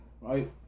Right